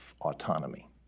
autonomy